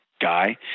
Guy